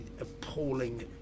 appalling